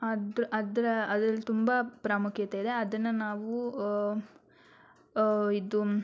ಅದ್ರ ಅದರ ಅದರಲ್ಲಿ ತುಂಬ ಪ್ರಾಮುಖ್ಯತೆ ಇದೆ ಅದನ್ನು ನಾವು ಇದು